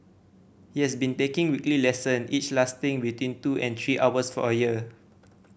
he has been taking weekly lesson each lasting between two and three hours for a year